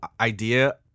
idea